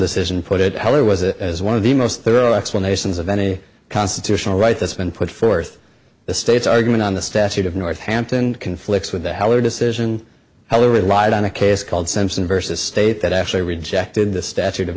decision put it how it was a as one of the most thorough explanations of any constitutional right that's been put forth the state's argument on the statute of north hampton conflicts with the heller decision heller relied on a case called simpson versus state that actually rejected the statute of